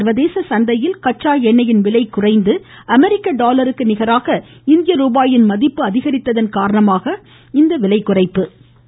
சர்வதேச சந்தையில் கச்சா எண்ணெயின் விலை குறைந்தது அமெரிக்க டாலருக்கு நிகராக இந்திய ருபாயின் மதிப்பு அதிகரித்ததன் காரணமாக இந்த விலை குறைப்பு செய்யப்பட்டுள்ளது